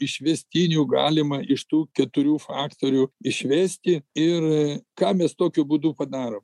išvestinių galima iš tų keturių faktorių išvesti ir ką mes tokiu būdu padarome